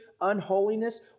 unholiness